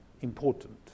important